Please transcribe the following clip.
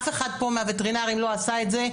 אף אחד פה מהווטרינרים לא עשה את זה,